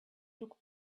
took